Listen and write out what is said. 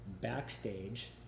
backstage